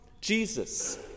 Jesus